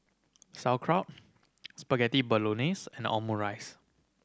Sauerkraut Spaghetti Bolognese and Omurice